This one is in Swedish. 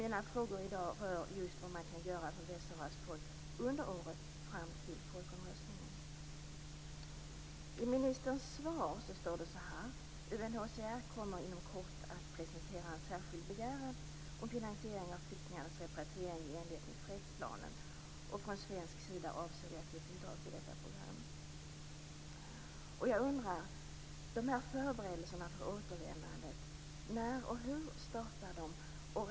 Mina frågor i dag rör vad man kan göra för Västsaharas folk under året fram till folkomröstningen. I ministerns svar står: UNHCR kommer inom kort att presentera en särskild begäran om finansiering av flyktingarnas repatriering i enlighet med fredsplanen. Från svensk sida avser vi att ge bidrag till detta program. När och hur startar förberedelserna för återvändandet?